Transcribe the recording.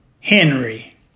Henry